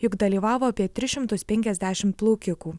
juk dalyvavo apie tris šimtus penkiasdešimt plaukikų